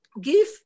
give